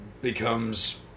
becomes